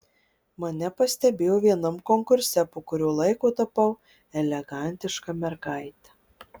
mane pastebėjo vienam konkurse po kurio laiko tapau elegantiška mergaite